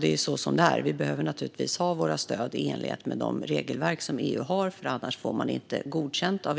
Det är så som det är. Vi måste naturligtvis använda våra stöd i enlighet med de regelverk som finns i EU; annars blir de inte godkända.